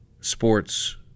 Sports